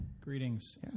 Greetings